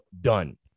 done